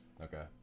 Okay